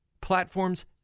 platforms